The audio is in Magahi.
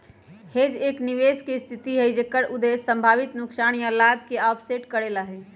हेज एक निवेश के स्थिति हई जेकर उद्देश्य संभावित नुकसान या लाभ के ऑफसेट करे ला हई